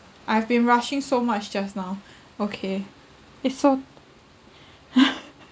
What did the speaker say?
I've been rushing so much just now okay it's so